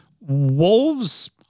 Wolves